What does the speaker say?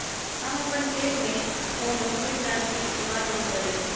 हम अपन खेत में कोनो किटनाशी इस्तमाल न करई छी